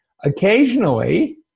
Occasionally